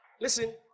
listen